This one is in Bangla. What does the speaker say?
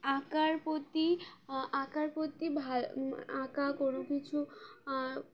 আঁকার প্রতি আঁকার প্রতিভা আঁকা কোনো কিছু